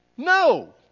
No